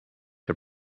her